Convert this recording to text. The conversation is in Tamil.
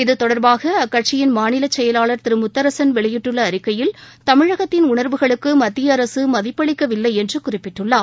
இத்தொடர்பாக அக்கட்சியின் மாநில செயலர் திரு முத்தரசன் வெளியிட்டுள்ள அறிக்கையில் தமிழகத்தின் உணர்வுகளுக்கு மத்திய அரசு மதிப்பளிக்கவில்லை என்று குறிப்பிட்டுள்ளார்